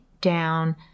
down